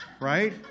Right